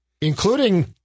Including